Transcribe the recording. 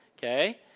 Okay